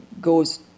goes